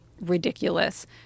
ridiculous